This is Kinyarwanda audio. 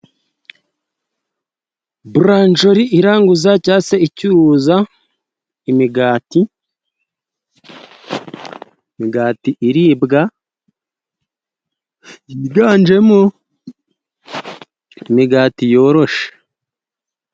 Inzu y'ubucuruzi iranguza cyangwa se icuruza imigati ,imigati iribwa higanjemo imigati yoroshye.